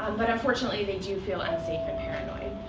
but unfortunately, they do feel unsafe and paranoid.